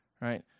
right